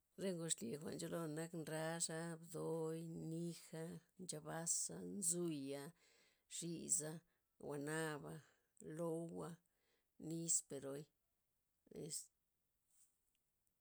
Re ngud xlye jwa'n nchola' nak ndraxa', bdoi, nija', nchabaza', nzuiya', xisa', guanabaa, loowua', nisperoy, es.